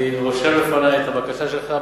אני רושם לפני את הבקשה שלך,